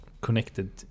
connected